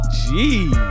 jeez